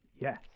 Yes